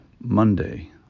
Monday